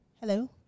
Hello